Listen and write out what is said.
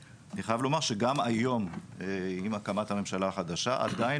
אני חייב לומר שגם היום עם הקמת הממשלה החדשה עדיין